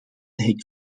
hek